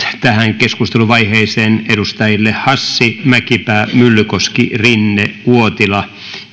tähän keskusteluvaiheeseen edustajille hassi mäkipää myllykoski rinne uotila